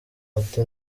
ati